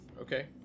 Okay